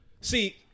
See